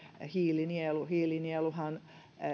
hiilinielu hiilinieluhan